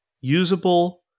usable